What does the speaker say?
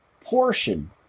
portion